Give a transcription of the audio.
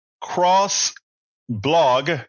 cross-blog